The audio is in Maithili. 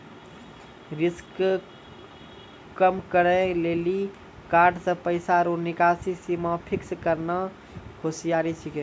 रिस्क कम करै लेली कार्ड से पैसा रो निकासी सीमा फिक्स करना होसियारि छिकै